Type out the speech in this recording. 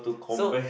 so